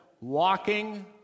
walking